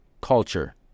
culture